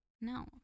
no